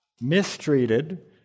mistreated